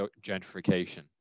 gentrification